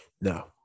No